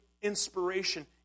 Inspiration